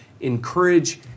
Encourage